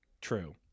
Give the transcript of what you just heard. True